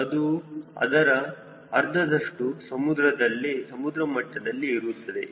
ಅದು ಅದರ ಅರ್ಧದಷ್ಟು ಸಮುದ್ರಮಟ್ಟದಲ್ಲಿ ಇರುತ್ತದೆ